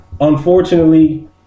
unfortunately